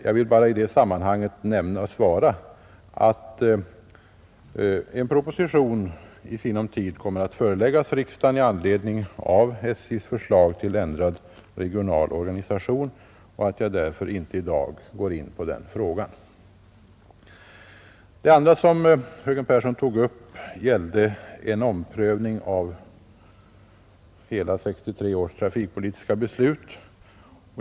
Jag vill bara i det sammanhanget svara att en proposition i sinom tid kommer att föreläggas riksdagen i anledning av SJ:s förslag till ändrad regional organisation och att jag därför inte i dag går in på den frågan. Det andra som fröken Pehrsson tog upp gällde en omprövning av hela 1963 års trafikpolitiska beslut.